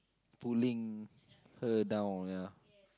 pulling her down ya